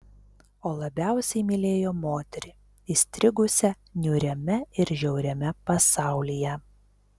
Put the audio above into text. o labiausiai mylėjo moterį įstrigusią niūriame ir žiauriame pasaulyje